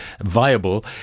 viable